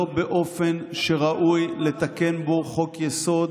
לא באופן שראוי לתקן בו חוק-יסוד.